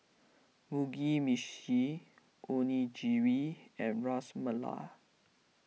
Mugi Meshi Onigiri and Ras Malai